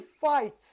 fight